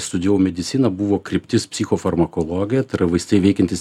studijavau mediciną buvo kryptis psichofarmakologija tai yra vaistai veikiantys